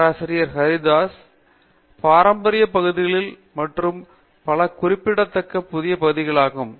பேராசிரியர் பிரதாப் ஹரிதாஸ் சரி பாரம்பரிய பகுதிகள் மற்றும் பல குறிப்பிடத்தக்க புதிய பகுதிகளாகும்